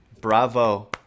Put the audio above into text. Bravo